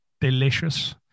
delicious